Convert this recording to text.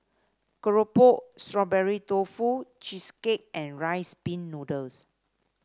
keropok Strawberry Tofu Cheesecake and Rice Pin Noodles